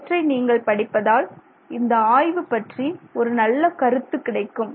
இவற்றை நீங்கள் படிப்பதால் இந்தப் ஆய்வு பற்றி ஒரு நல்ல கருத்து கிடைக்கும்